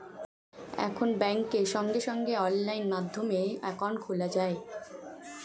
এখন ব্যাংকে সঙ্গে সঙ্গে অনলাইন মাধ্যমে অ্যাকাউন্ট খোলা যায়